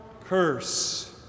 curse